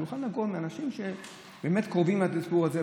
שולחן עגול עם אנשים שבאמת קרובים לסיפור הזה.